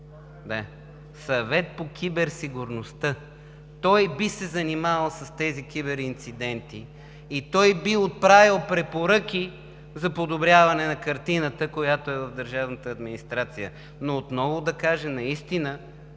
Съвет по киберсигурността и той би се занимавал с тези киберинциденти. Той би отправил препоръки за подобряване на картината, която е в държавната администрация. Но отново да кажа – наистина